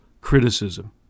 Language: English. criticism